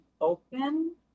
open